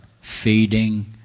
feeding